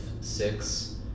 six